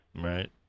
Right